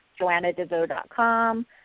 joannadevoe.com